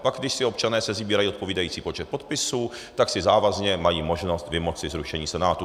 Když si pak občané sesbírají odpovídající počet podpisů, tak si závazně mají možnost vymoci zrušení Senátu.